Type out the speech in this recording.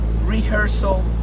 rehearsal